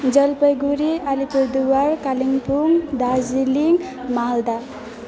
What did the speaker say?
Jalpaiguri Alipurduar Kalimpong Darjeeling Malda